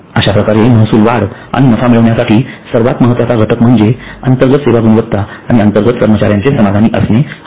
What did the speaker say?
अश्याप्रकारे महसूल वाढ आणि नफा मिळविण्यासाठी सर्वात महत्वाचा घटक म्हणजे अंतर्गत सेवा गुणवत्ता आणि अंतर्गत कर्मचार्यांचे समाधानी असणे हा आहे